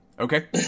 Okay